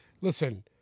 listen